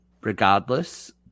regardless